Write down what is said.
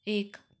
एक